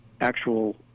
actual